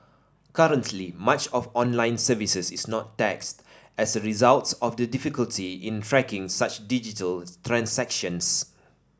currently much of online services is not taxed as a result of the difficulty in tracking such digital transactions